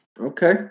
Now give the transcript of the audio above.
Okay